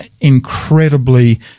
incredibly